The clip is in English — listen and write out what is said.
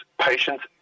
patients